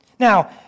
Now